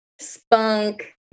spunk